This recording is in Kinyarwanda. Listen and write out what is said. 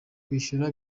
kwishyura